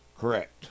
Correct